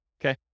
Okay